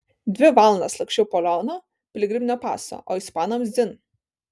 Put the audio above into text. dvi valandas laksčiau po leoną piligriminio paso o ispanams dzin